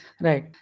Right